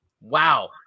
Wow